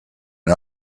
and